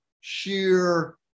sheer